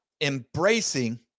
embracing